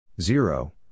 Zero